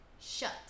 shut